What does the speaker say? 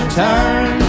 turn